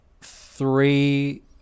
three